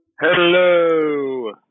Hello